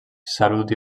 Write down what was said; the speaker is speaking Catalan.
salut